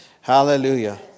Hallelujah